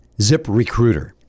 ZipRecruiter